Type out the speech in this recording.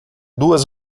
duas